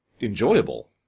enjoyable